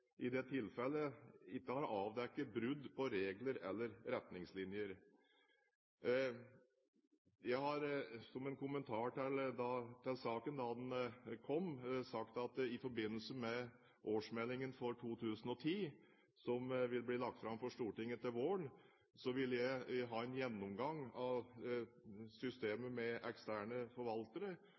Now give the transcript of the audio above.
i det tilfellet ikke har avdekket brudd på regler eller retningslinjer. Jeg har, som en kommentar til saken da den kom, sagt at jeg i forbindelse med årsmeldingen for 2010, som vil bli lagt fram for Stortinget til våren, vil ha en gjennomgang av systemet med eksterne forvaltere